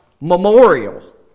memorial